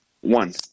one